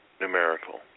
numerical